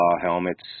helmets